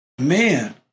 Man